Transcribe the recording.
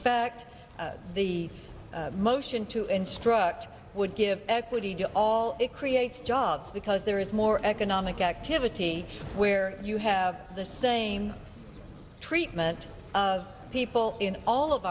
fact the motion to instruct would give equity to all it creates jobs because there is more economic activity where you have the same treatment of people in all of